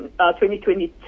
2022